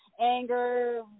anger